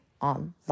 online